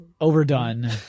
overdone